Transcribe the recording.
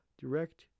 direct